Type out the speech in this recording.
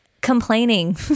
complaining